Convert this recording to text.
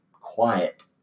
quiet